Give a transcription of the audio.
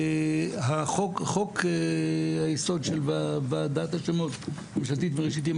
חוק היסוד של ועדת השמות הממשלתית בראשית ימי